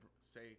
say